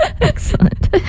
Excellent